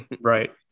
right